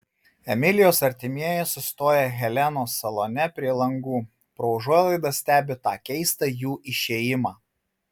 emilijos artimieji sustoję helenos salone prie langų pro užuolaidas stebi tą keistą jų išėjimą